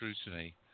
scrutiny